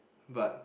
but